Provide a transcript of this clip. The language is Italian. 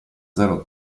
zero